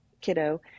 kiddo